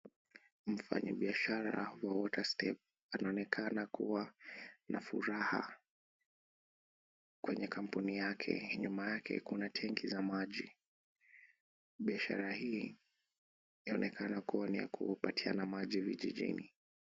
Mfanyibiashara wa Water Step anaonekana kuwa na furaha kwenye kampuni yake na nyuma yake kuna tenki ya maji. Biashara hii yanaonekana kuwa ni ya kupatiana maji vijijini.